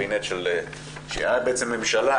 הייתה בעצם ממשלה,